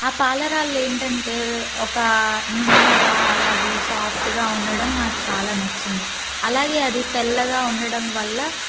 ఆ పాలరాళ్ళు ఏంటంటే ఒక నున్నగా అలాగే సాఫ్ట్గా ఉండడం నాకు చాలా నచ్చింది అలాగే అది తెల్లగా ఉండడం వల్ల